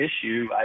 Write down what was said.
issue